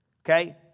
Okay